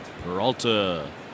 Peralta